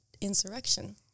insurrection